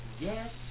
Yes